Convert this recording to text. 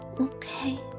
Okay